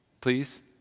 Please